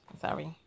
Sorry